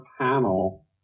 panel